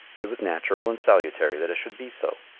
it was natural and salutary that it should be so.